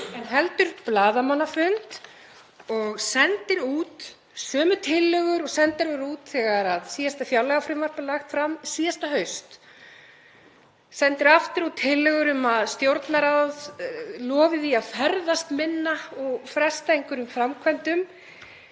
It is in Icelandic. heldur blaðamannafund og sendir út sömu tillögur og sendar voru út þegar síðasta fjárlagafrumvarp var lagt fram síðasta haust, sendir aftur út tillögur um að Stjórnarráðið lofi því að ferðast minna og fresta einhverjum framkvæmdum.